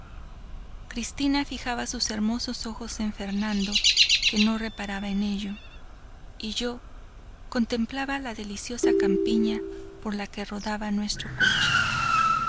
cristina fijaba sus hermosos ojos en fernando que no reparaba en ello y yo contemplaba la deliciosa campiña por la que rodaba nuestro coche